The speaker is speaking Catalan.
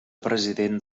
president